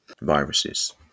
viruses